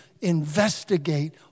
investigate